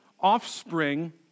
offspring